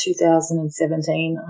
2017